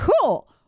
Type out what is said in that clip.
Cool